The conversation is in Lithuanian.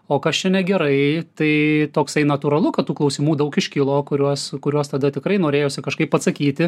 o kas čia negerai tai toksai natūralu kad tų klausimų daug iškilo kuriuos kuriuos tada tikrai norėjosi kažkaip atsakyti